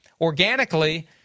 organically